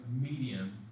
medium